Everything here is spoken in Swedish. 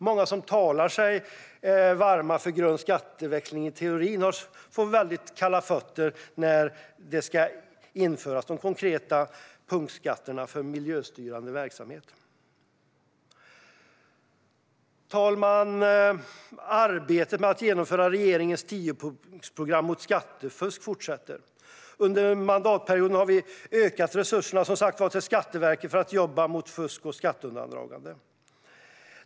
Många som talar sig varma för grön skatteväxling i teorin får väldigt kalla fötter när de konkreta punktskatterna på miljöstörande verksamhet ska införas. Fru talman! Arbetet med att genomföra regeringens tiopunktsprogram mot skattefusk fortsätter. Under mandatperioden har vi som sagt ökat resurserna till Skatteverket för att jobba mot fusk och skatteundandragande.